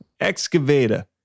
excavator